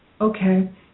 Okay